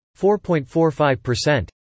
4.45%